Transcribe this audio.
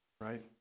right